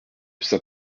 saint